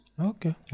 okay